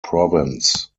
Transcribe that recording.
provence